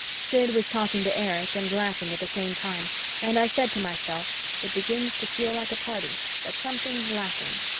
sid was talking to erich and laughing at the same time and i said to myself it begins to feel like a party, but something's lacking.